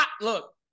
look